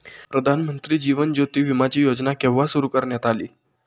प्रधानमंत्री जीवन ज्योती विमाची योजना केव्हा सुरू करण्यात आली?